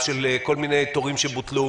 של כל מיני תורים שבוטלו